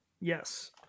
Yes